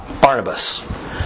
Barnabas